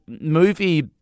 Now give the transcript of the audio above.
movie